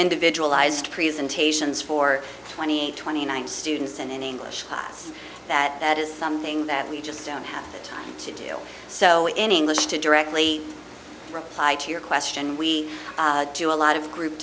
individualized presentations for twenty eight twenty nine students in an english class that is something that we just don't have the time to do so in english to directly reply to your question we do a lot of group